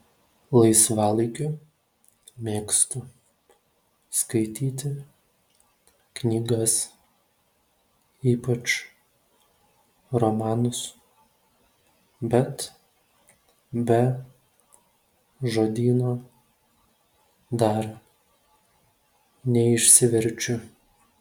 laisvalaikiu mėgstu skaityti knygas ypač romanus bet be žodyno dar neišsiverčiu